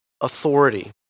authority